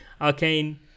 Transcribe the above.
Arcane